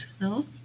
no